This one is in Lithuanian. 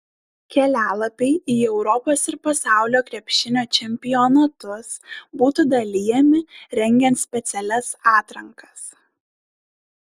kelialapiai į europos ir pasaulio krepšinio čempionatus būtų dalijami rengiant specialias atrankas